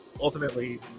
ultimately